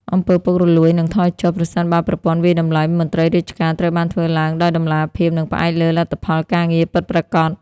អំពើពុករលួយ នឹងថយចុះ ប្រសិនបើប្រព័ន្ធវាយតម្លៃមន្ត្រីរាជការត្រូវបានធ្វើឡើងដោយតម្លាភាព និងផ្អែកលើលទ្ធផលការងារពិតប្រាកដ។